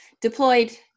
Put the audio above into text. deployed